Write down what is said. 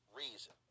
reason